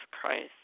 Christ